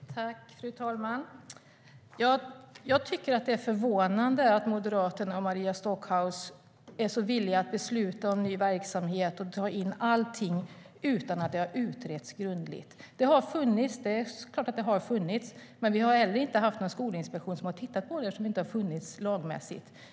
STYLEREF Kantrubrik \* MERGEFORMAT Möjligheter till fjärrundervisningFru talman! Det är förvånande att Moderaterna och Maria Stockhaus är villiga att besluta om ny verksamhet, att ta in allting, utan att det har utretts grundligt. Det är klart att det har funnits. Men vi har inte haft någon skolinspektion som har tittat på det, eftersom det inte har funnits i lagen.